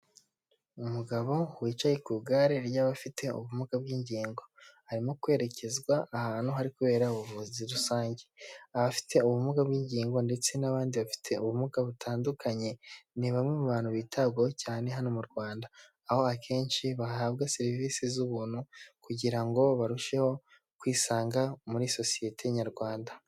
Umugabo wicaye ku igare ry'abafite ubumuga bw'ingingo, arimo kwerekezwa ahantu hari kubera ubuvuzi rusange, abafite ubumuga bw'ingingo ndetse n'abandi bafite ubumuga butandukanye ni bamwe mu bantu bitabwaho cyane hano mu Rwanda, aho akenshi bahabwa serivisi z'ubuntu kugira ngo barusheho kwisanga muri sosiyete Nyarwanda.